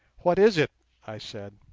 what is it i said.